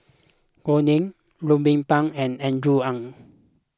Gao Ning Ruben Pang and Andrew Ang